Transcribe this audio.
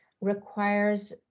requires